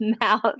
mouth